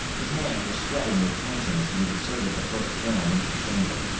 his hands were sweating with tension as he inserted the first film into the chamber.